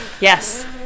Yes